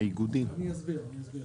אני אסביר.